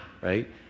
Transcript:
right